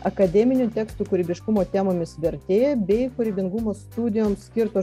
akademinių tekstų kūrybiškumo temomis vertėja bei kūrybingumo studijoms skirto